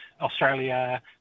Australia